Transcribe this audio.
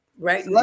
right